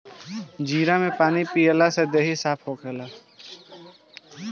जीरा के पानी पियला से देहि साफ़ होखेला